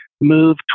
move